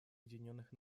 объединенных